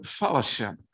fellowship